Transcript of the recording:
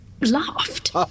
laughed